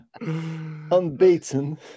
Unbeaten